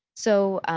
so,